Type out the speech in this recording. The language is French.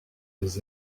les